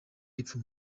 y’epfo